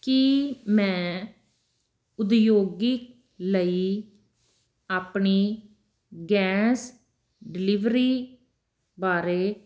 ਕੀ ਮੈਂ ਉਦਯੋਗਿਕ ਲਈ ਆਪਣੀ ਗੈਸ ਡਿਲਿਵਰੀ ਬਾਰੇ